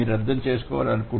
మీరు అర్థం చేసుకోగలరా